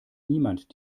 niemand